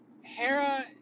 Hera